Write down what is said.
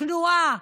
כנועה,